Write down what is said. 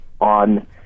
on